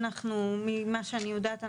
ממה שאני יודעת,